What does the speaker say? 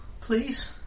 Please